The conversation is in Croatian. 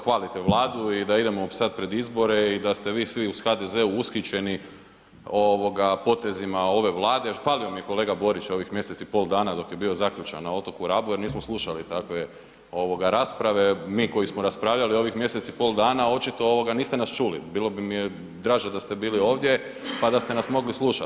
hvalite Vladu i da idemo sad pred izbore i da ste vi svi u HDZ-u ushićeni potezima ove Vlade, falio mi je kolega Borić ovih mjesec i pol dana dok je bio zaključan na otoku Rabu jer nismo slušali takve rasprave, mi koji smo raspravljali ovih mjesec i pol dana očito niste nas čuli, bilo bi mi draže da ste bili ovdje pa da ste nas mogli slušati.